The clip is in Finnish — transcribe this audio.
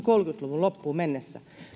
loppuun mennessä